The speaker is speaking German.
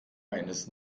eines